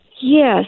Yes